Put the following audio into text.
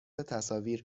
تصاویر